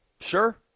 Sure